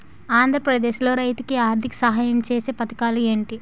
ఆంధ్రప్రదేశ్ లో రైతులు కి ఆర్థిక సాయం ఛేసే పథకాలు ఏంటి?